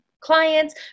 clients